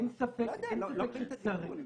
אני לא מבין את הסיפור.